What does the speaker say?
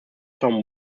tom